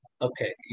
Okay